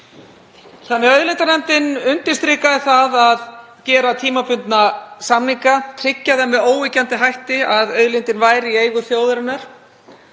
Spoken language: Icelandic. Auðlindanefndin undirstrikaði það að gera tímabundna samninga, tryggja það með óyggjandi hætti að auðlindin væri í eigu þjóðarinnar.